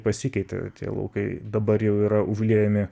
pasikeitė tie laukai dabar jau yra užliejami